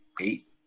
eight